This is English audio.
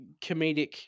comedic